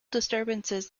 disturbances